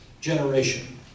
generation